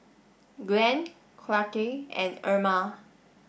Glenn Clarke and Erma